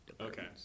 Okay